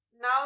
now